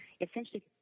Essentially